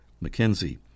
Mackenzie